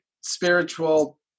spiritual